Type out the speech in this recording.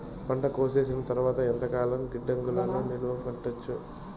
పంట కోసేసిన తర్వాత ఎంతకాలం గిడ్డంగులలో నిలువ పెట్టొచ్చు?